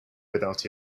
without